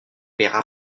paiera